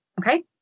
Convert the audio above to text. Okay